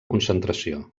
concentració